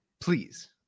Please